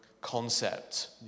concept